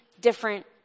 different